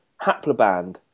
haploband